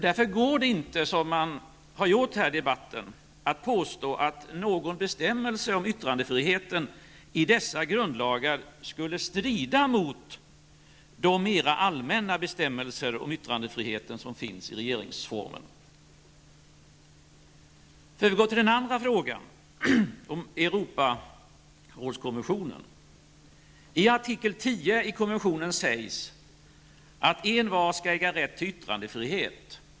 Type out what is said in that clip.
Därför går det inte, som man har gjort här i debatten, att påstå att någon bestämmelse om yttrandefriheten i dessa grundlagar skulle strida mot de mera allmänna bestämmelser om yttrandefriheten som finns i regeringsformen. Jag övergår så till frågan om Europarådskonventionen. I artikel 10 i konventionen sägs att envar skall äga rätt till yttrandefrihet.